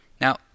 Now